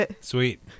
Sweet